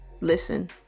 listen